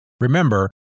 Remember